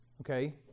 Okay